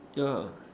yeah